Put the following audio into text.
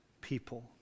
people